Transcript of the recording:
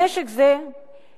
נשק זה יאיים